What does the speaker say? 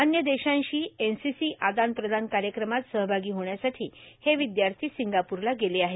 अन्य देशांशी N C C आदान प्रदान कायक्रमात सहभागी होण्यासाठी हे र्विद्यार्था र्संगापूरला गेले आहेत